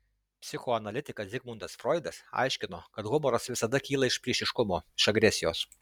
psichoanalitikas zigmundas froidas aiškino kad humoras visada kyla iš priešiškumo iš agresijos